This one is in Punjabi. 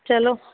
ਚਲੋ